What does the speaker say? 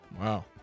Wow